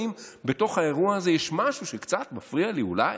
האם בתוך האירוע הזה יש משהו שקצת מפריע לי אולי.